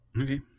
Okay